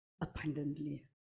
abundantly